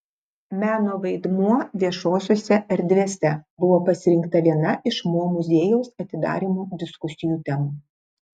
meno vaidmuo viešosiose erdvėse buvo pasirinkta viena iš mo muziejaus atidarymo diskusijų temų